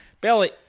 billy